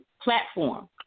platform